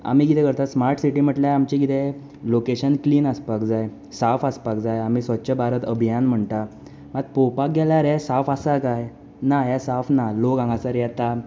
आमी कितें करता स्माट सिटी म्हणल्यार आमचें कितें लोकेशन क्लीन आसपाक जाय साफ आसपाक जाय आमी स्वच्छ भारत अभियान म्हणटात मात पळोवपाक गेल्यार हें साफ आसा काय ना हें साफ ना लोक हांगासर येता